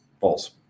False